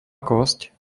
kosť